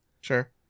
Sure